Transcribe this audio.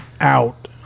out